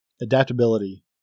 Adaptability